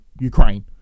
Ukraine